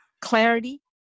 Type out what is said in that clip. clarity